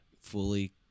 fully